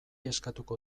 eskatuko